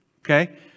Okay